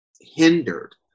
hindered